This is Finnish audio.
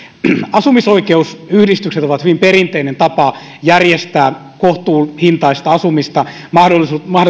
asumisoikeusyhdistykset ovat hyvin perinteinen tapa järjestää kohtuuhintaista asumista mahdollisuutta